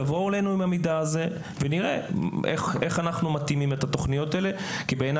תבואו איתו ונראה איך אנחנו מתאימים את התוכניות האלה כי בעיני